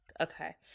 Okay